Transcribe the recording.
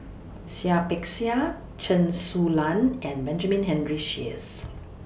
Seah Peck Seah Chen Su Lan and Benjamin Henry Sheares